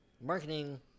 marketing